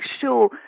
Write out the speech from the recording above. sure